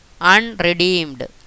unredeemed